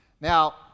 Now